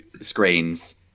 screens